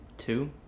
Two